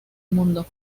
mundo